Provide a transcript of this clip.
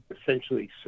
essentially